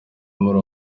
muri